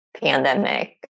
pandemic